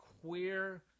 queer